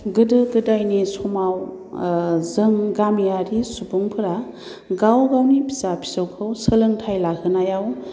गोदो गोदायनि समाव जों गामियारि सुबुंफोरा गाव गावनि फिसा फिसौखौ सोलोंथाय लाहोनायाव